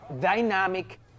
dynamic